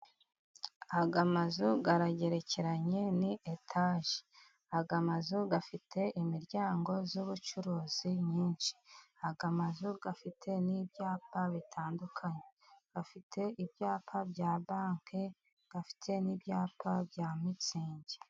Aya mazu aragerekeranye ni etaje. Aya mazu afite imiryango y'ubucuruzi myinshi. Aya mazu afite n'ibyapa bitandukanye, afite ibyapa bya Banke, afite n'ibyapa bya mitsingi.